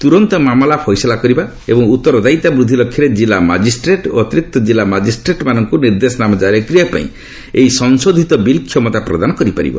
ତୁରନ୍ତ ମାମଲାର ଫଇସଲା କରିବା ଏବଂ ଉତ୍ତରଦାୟିତା ବୃଦ୍ଧି ଲକ୍ଷ୍ୟରେ ଜିଲ୍ଲା ମାଜିଷ୍ଟ୍ରେଟ୍ ଓ ଅତିରିକ୍ତ ଜିଲ୍ଲା ମାଜିଷ୍ଟ୍ରେଟ୍ଙ୍କୁ ନିର୍ଦ୍ଦେଶନାମା କାରି କରିବା ପାଇଁ ଏହି ସଂଶୋଧିତ ବିଲ୍ କ୍ଷମତା ପ୍ରଦାନ କରିପାରିବ